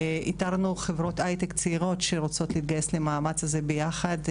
איתרנו חברות הייטק צעירות שרוצות להתגייס למאמץ הזה ביחד,